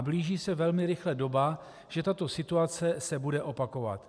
Blíží se velmi rychle doba, že tato situace se bude opakovat.